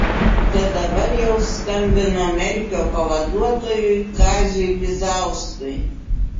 tad dabar jau skambino merkio pavaduotojui kaziui bizauskui